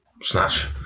Snatch